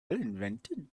invented